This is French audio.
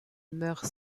meurt